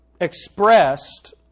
expressed